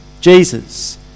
Jesus